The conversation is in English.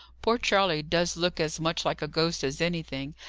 poor charley does look as much like a ghost as anything,